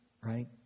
Right